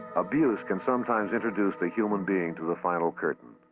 abuse can sometimes introduce the human being to the final curtain.